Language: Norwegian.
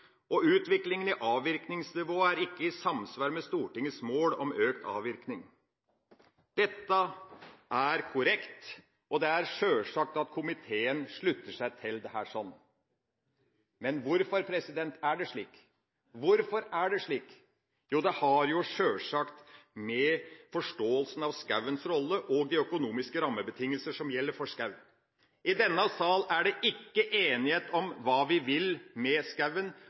og utviklingen i avvirkningsnivået er ikke i samsvar med Stortingets mål om økt avvirkning. Dette er korrekt, og det er sjølsagt at komiteen slutter seg til det. Men hvorfor er det slik? Jo, det har sjølsagt med forståelsen av skogens rolle og med de økonomiske rammebetingelser som gjelder for skog, å gjøre. I denne sal er det ikke enighet om hva vi vil med